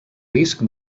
risc